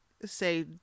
say